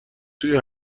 توی